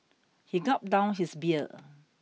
he gulped down his beer